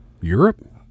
Europe